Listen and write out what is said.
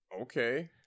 okay